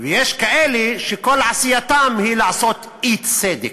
ויש כאלה שכל עשייתם היא למען אי-צדק.